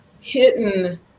hidden